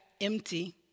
empty